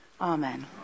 Amen